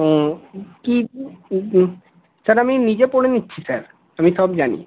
তুই স্যার আমি নিজে পড়ে নিচ্ছি স্যার আমি সব জানি